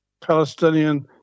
Palestinian